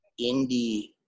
indie